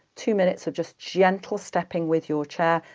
two minutes of just gentle stepping with your chair,